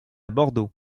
bordeaux